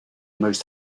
most